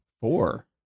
Four